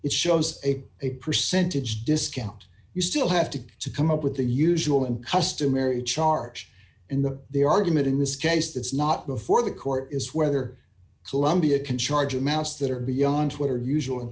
it shows a a percentage discount you still have to to come up with the usual and customary charge and the argument in this case that's not before the court is whether columbia can charge amounts that are beyond twitter usual